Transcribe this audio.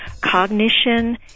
cognition